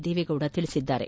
ದೇವೇಗೌಡ ತಿಳಿಸಿದ್ದಾರೆ